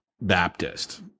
Baptist